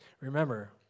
Remember